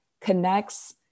connects